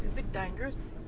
bit dangerous.